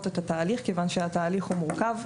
את התהליך כיוון שהתהליך הוא מורכב.